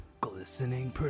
Glistening